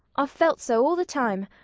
i've felt so all the time.